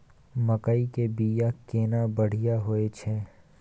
मकई के बीया केना बढ़िया होय छै?